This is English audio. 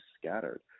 scattered